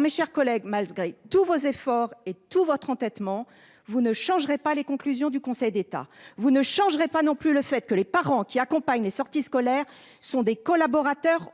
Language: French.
Mes chers collègues, malgré tous vos efforts et votre entêtement, vous ne changerez pas les conclusions du Conseil d'État. Vous ne changerez pas non plus le fait que les parents qui accompagnent les sorties scolaires sont des collaborateurs